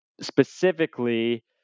specifically